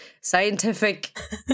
Scientific